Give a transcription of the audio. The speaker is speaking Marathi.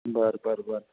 बरं बरं बरं